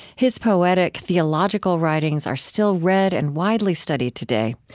his poetic theological writings are still read and widely studied today.